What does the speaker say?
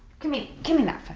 give me give me that phone.